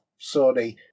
Sony